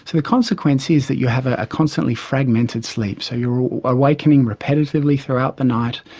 the consequence is that you have ah a constantly fragmented sleep, so you are awakening repetitively throughout the night,